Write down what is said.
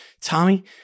Tommy